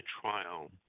trial